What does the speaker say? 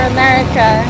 america